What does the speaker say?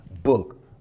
book